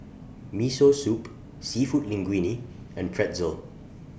Miso Soup Seafood Linguine and Pretzel